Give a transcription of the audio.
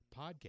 podcast